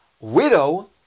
widow